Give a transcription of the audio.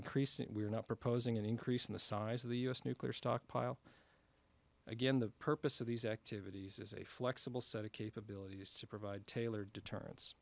increasing we're not proposing an increase in the size of the u s nuclear stockpile again the purpose of these activities is a flexible set of capabilities to provide tailored deterren